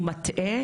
הוא מטעה,